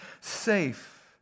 safe